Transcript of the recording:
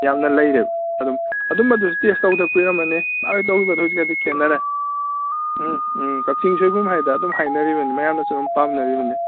ꯌꯥꯝꯅ ꯂꯩꯔꯦꯕ ꯑꯗꯨꯝ ꯑꯗꯨꯝꯕꯗꯨꯁꯨ ꯇꯦꯁ ꯇꯧꯗ ꯀꯨꯏꯔꯝꯃꯅꯤ ꯅꯍꯥꯟꯋꯥꯏ ꯇꯧꯕꯗꯨꯒ ꯍꯧꯖꯤꯛꯀꯗꯤ ꯈꯦꯠꯅꯔꯦ ꯎꯝ ꯎꯝ ꯀꯛꯆꯤꯡ ꯁꯣꯏꯕꯨꯝ ꯍꯥꯏꯕꯗ ꯑꯗꯨꯝ ꯍꯥꯏꯅꯔꯤꯕꯅꯤ ꯃꯌꯥꯝꯅꯁꯨ ꯑꯗꯨꯝ ꯄꯥꯝꯅꯔꯤꯕꯅꯤ